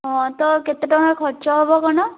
ହଁ ତ କେତେ ଟଙ୍କା ଖର୍ଚ୍ଚ ହବ କ'ଣ